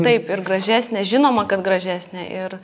taip ir gražesnė žinoma kad gražesnė ir